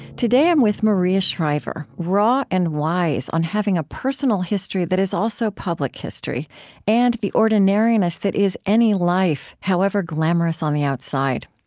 today i'm with maria shriver raw and wise on having a personal history that is also public history and the ordinariness that is any life, however glamorous on the outside.